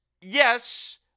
yes